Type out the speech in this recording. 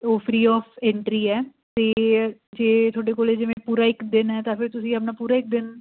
ਉਹ free of entry ਹੈ ਅਤੇ ਜੇ ਤੁਹਾਡੇ ਕੋਲੇ ਜਿਵੇਂ ਪੂਰਾ ਇੱਕ ਦਿਨ ਹੈ ਤਾਂ ਫਿਰ ਤੁਸੀਂ ਆਪਣਾ ਪੂਰਾ ਇੱਕ ਦਿਨ